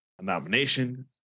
nomination